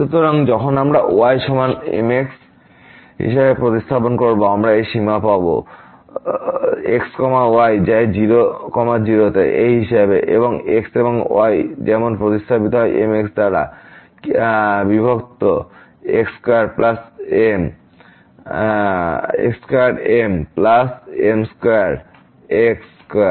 সুতরাং যখন আমরা y সমান mx হিসাবে প্রতিস্থাপন করবো আমরা এই সীমা পাবো x yযায় 0 0তে এই হিসাবে এবং x এবং y যেমন প্রতিস্থাপিত হয় mx দ্বারা বিভক্ত x square m plus m square x square